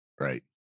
Right